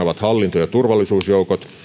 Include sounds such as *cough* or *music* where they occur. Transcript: *unintelligible* ovat hallinto ja turvallisuusjoukot